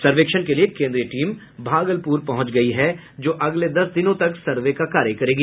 सर्वेक्षण के लिए केन्द्रीय टीम भागलपुर पहुंच गयी है जो अगले दस दिनों तक सर्वे का कार्य करेगी